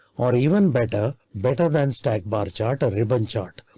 or even better, better than stack bar chart or ribbon chart.